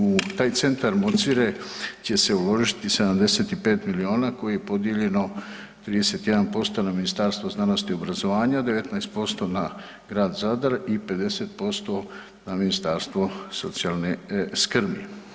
U taj Centar Mocire će se uložiti 75 milijuna koje je podijeljeno 31% na Ministarstvo znanosti i obrazovanja, 19% na grad Zadar i 50% na Ministarstvo socijalne skrbi.